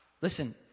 Listen